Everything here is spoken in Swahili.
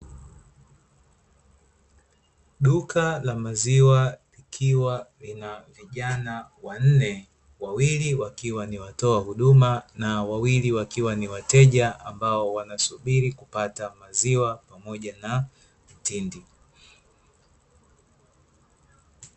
Duka la maziwa likiwa lina vijana wanne, wawili wakiwa ni watoa huduma na wawili wakiwa ni wateja ambao wanasubiri kupata maziwa pamoja na mtindi